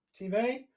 TV